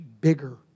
bigger